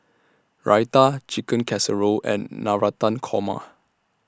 Raita Chicken Casserole and Navratan Korma